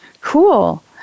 Cool